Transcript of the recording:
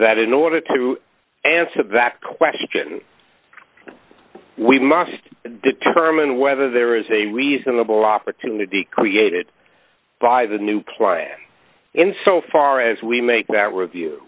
that in order to answer that question we must determine whether there is a reasonable opportunity created by the new plan in so far as we make that